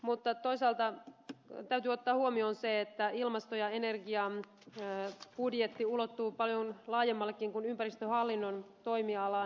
mutta toisaalta täytyy ottaa huomioon se että ilmasto ja energiabudjetti ulottuu paljon laajemmallekin kuin ympäristöhallinnon toimialaan